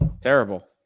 Terrible